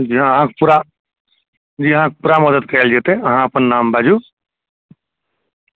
पते नहि चलै छै आब एहिमे अहाँ नीतीश कुमार